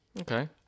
Okay